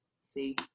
see